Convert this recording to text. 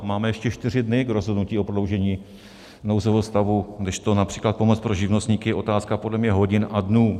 Máme ještě čtyři dny k rozhodnutí o prodloužení nouzové stavu, kdežto například pomoc pro živnostníky je otázka podle mě hodin a dnů.